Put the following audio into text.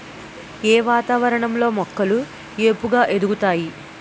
ఏ వాతావరణం లో మొక్కలు ఏపుగ ఎదుగుతాయి?